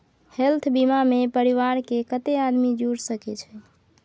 Health बीमा मे परिवार के कत्ते आदमी जुर सके छै?